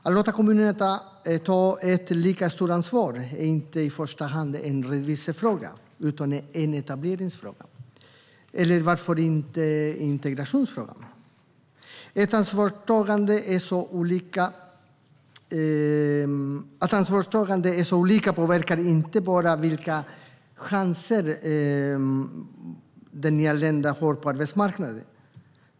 Att låta kommunerna ta lika stort ansvar är inte i första hand en rättvisefråga utan en etableringsfråga, eller varför inte integrationsfråga. Att ansvarstagandet är så olika påverkar inte bara vilka chanser den nyanlände har på arbetsmarknaden.